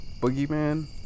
Boogeyman